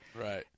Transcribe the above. right